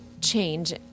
change